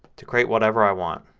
to create whatever i want.